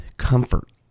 comfort